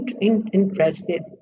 interested